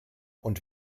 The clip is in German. und